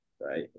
right